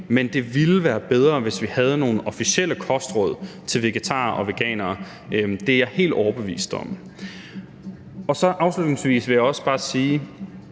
Men det ville være bedre, hvis vi havde nogle officielle kostråd til vegetarer og veganere. Det er jeg helt overbevist om. Afslutningsvis vil jeg også bare sige: